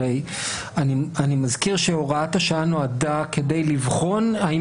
אני מזכיר שהוראת השעה נועדה כדי לבחון האם